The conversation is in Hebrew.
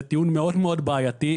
זה טיעון מאוד מאוד בעייתי.